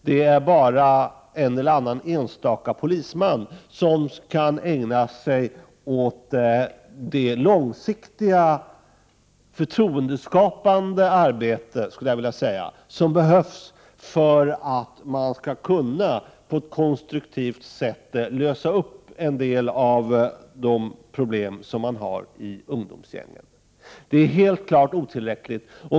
Det är bara en eller annan enstaka polisman som kan ägna sig åt det långsiktiga förtroendeskapande arbete som behövs för att man på ett konstruktivt sätt skall kunna lösa en del av de problem som finns i ungdomsgängen. Detta är helt klart otillräckligt.